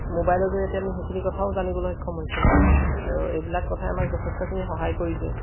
মোবাইলৰ জৰিয়তে আমি সেইখিনি কথাও জানিবলৈ সক্ষম হৈছোঁ আৰু এইবিলাক কথাই আমাক যথেষ্টখিনি সহায় কৰিছে